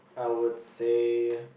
I would say